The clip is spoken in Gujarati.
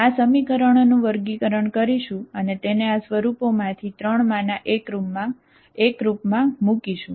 હવે આપણે આ સમીકરણોનું વર્ગીકરણ કરીશું અને તેને આ સ્વરૂપોમાંથી ત્રણમાંના એક રૂપ માં મૂકીશું